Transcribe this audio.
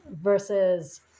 versus